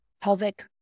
pelvic